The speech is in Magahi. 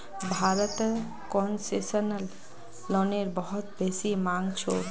भारतत कोन्सेसनल लोनेर बहुत बेसी मांग छोक